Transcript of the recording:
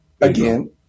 again